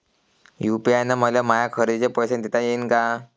UPI न मले माया खरेदीचे पैसे देता येईन का?